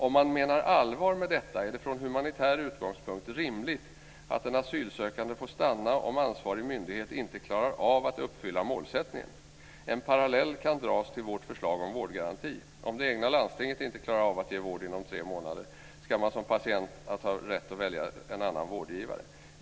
Om man menar allvar med detta är det från humanitär utgångspunkt rimligt att den asylsökande får stanna, om ansvarig myndighet inte klarar av att uppfylla målsättningen. En parallell kan dras till vårt förslag om vårdgaranti: om det egna landstinget inte klarar av att ge vård inom tre månader, skall man som patient ha rätt att vända sig till en annan vårdgivare.